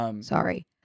Sorry